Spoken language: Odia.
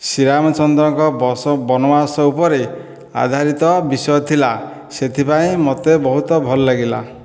ଶ୍ରୀ ରାମଚନ୍ଦ୍ରଙ୍କ ବସ ବନବାସ ଉପରେ ଆଧାରିତ ବିଷୟ ଥିଲା ସେଥିପାଇଁ ମୋତେ ବହୁତ ଭଲ ଲାଗିଲା